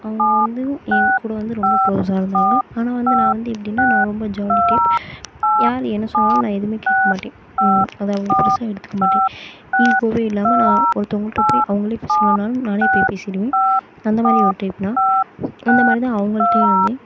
அவங்க வந்து ஏன் கூட வந்து ரொம்ப க்ளோஸ்ஸாக இருந்தாங்க ஆனால் வந்து நான் வந்து எப்படின்னா நான் ரொம்ப ஜாலி டைப் யார் என்ன சொன்னாலும் நான் எதுவுமே கேட்க மாட்டேன் அதாவது பெருசாக எடுத்துக்க மாட்டேன் ஈகோவே இல்லாம நான் ஒருத்தவங்கள்கிட்ட போய் அவங்களே பேசுலனாலும் நானே போய் பேசிவிடுவேன் அந்த மாதிரி ஒரு டைப் நான் அந்த மாதிரிதான் அவங்கள்ட்டயும் இருந்தேன்